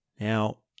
Now